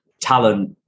talent